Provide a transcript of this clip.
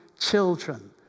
children